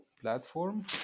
platform